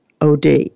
OD